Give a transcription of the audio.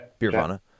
Birvana